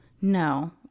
no